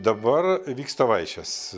dabar vyksta vaišės